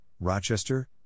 Rochester